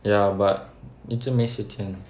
ya but 一直没时间